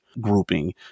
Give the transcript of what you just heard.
grouping